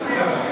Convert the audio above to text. נא להצביע.